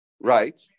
right